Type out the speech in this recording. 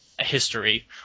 history